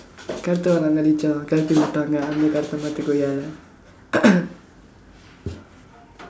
கருத்தவன் எல்லாம் கலீஜாம் கெளப்பி விட்டாங்க அந்த கருத்த மாத்து கொய்யால:karuththavan ellaam kaliijaam kelappi vittaangka andtha karuththa maaththu koyyaalla